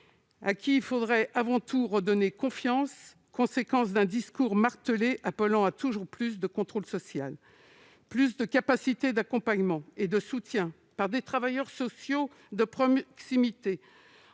à qui il faudrait avant tout redonner confiance. C'est la conséquence d'un discours, martelé sans cesse, appelant à toujours plus de contrôle social. Plus de capacité d'accompagnement et de soutien par des travailleurs sociaux de proximité